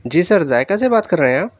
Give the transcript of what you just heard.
جی sir ذائقہ سے بات کر رہے ہیں آپ